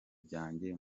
byanjye